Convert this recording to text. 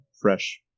fresh